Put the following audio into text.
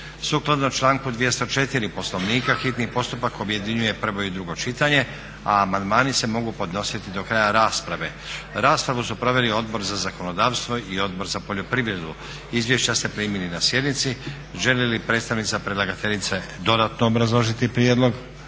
Sukladno članku 204. Poslovnika hitni postupak objedinjuje prvo i drugo čitanje, a amandmani se mogu podnositi do kraja rasprave. Raspravu su proveli Odbor za zakonodavstvo i Odbor za poljoprivredu. Izvješća ste primili na sjednici. Želi li predstavnica predlagateljice dodatno obrazložiti prijedlog?